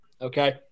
Okay